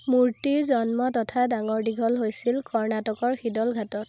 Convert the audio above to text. মূৰ্তিৰ জন্ম তথা ডাঙৰ দীঘল হৈছিল কৰ্ণাটকৰ শিদলঘাটত